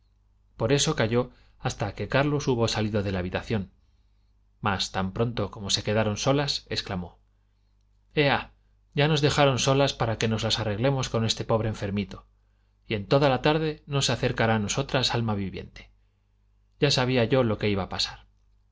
por eso calló hasta que carlos hubo salido de la habitación mas tan pronto como se quedaron solas exclamó ea ya nos dejaron solas para que nos las arreglemos con este pobre enfermito y en toda la tarde no se acercará a nosotras alma viviente ya sabía yo lo que iba a pasar